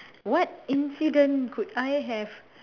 what incident could I have